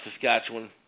Saskatchewan